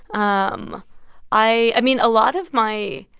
um i mean, a lot of my,